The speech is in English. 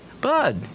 Bud